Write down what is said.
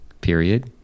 period